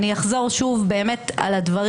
אני אחזור שוב על הדברים.